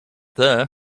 there